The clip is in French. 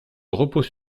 repose